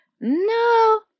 no